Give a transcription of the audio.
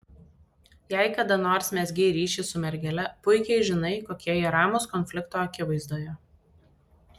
jei kada nors mezgei ryšį su mergele puikiai žinai kokie jie ramūs konflikto akivaizdoje